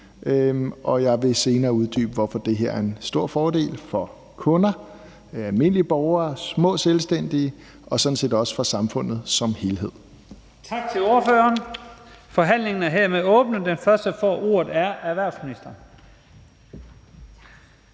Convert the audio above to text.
jeg vil senere uddybe, hvorfor det her er en stor fordel for kunderne, almindelige borgere, små selvstændige og sådan set også for samfundet som helhed.